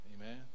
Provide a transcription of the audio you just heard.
Amen